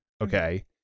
Okay